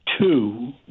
two